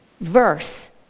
verse